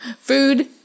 Food